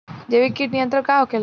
जैविक कीट नियंत्रण का होखेला?